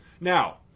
now